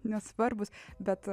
nesvarbūs bet